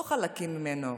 לא חלקים ממנו,